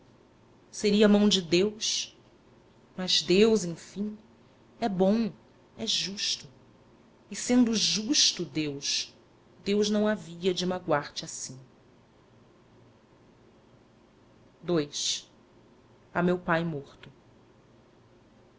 seria a mão de deus mas deus enfim é bom é justo e sendo justo deus deus não havia de magoar te assim a meu pai morto